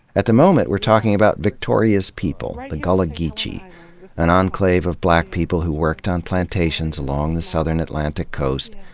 at the moment, we're talking about victoria's people, the gullah-geechee an enclave of black people who worked on plantations along the southern atlantic coast,